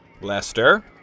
Lester